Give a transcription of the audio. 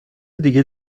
دیگه